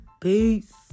Peace